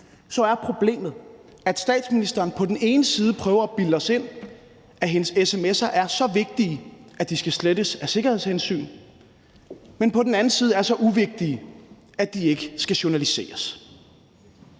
er problemet, at statsministeren på den ene side prøver at bilde os ind, at hendes sms’er er så vigtige, at de skal slettes af sikkerhedshensyn, men på den anden side er så uvigtige, at de ikke skal journaliseres.